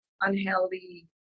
unhealthy